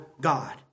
God